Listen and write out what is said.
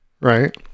right